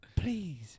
Please